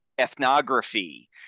ethnography